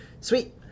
sweet